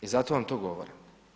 I zato vam to govorim.